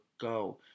go